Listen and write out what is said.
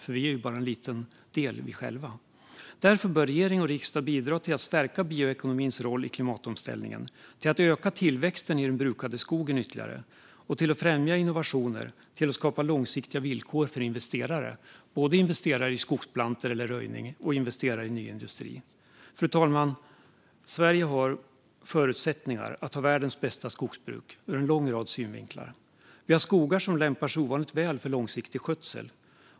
Vi själva är ju bara en liten del. Därför bör regering och riksdag bidra till att stärka bioekonomins roll i klimatomställningen, till att öka tillväxten i den brukade skogen ytterligare, till att främja innovationer och till att skapa långsiktiga villkor för investerare - både investerare i skogsplantor eller röjning och investerare i ny industri. Fru talman! Sverige har förutsättningar att ha världens bästa skogsbruk ur en lång rad synvinklar. Vi har skogar som lämpar sig ovanligt väl för långsiktig skötsel.